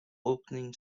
opening